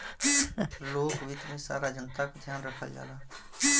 लोक वित्त में सारा जनता क ध्यान रखल जाला